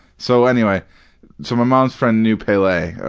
so anyway so my mom's friend knew pele.